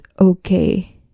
okay